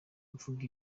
mvuga